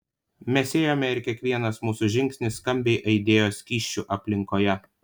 mes ėjome ir kiekvienas mūsų žingsnis skambiai aidėjo skysčių aplinkoje